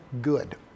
good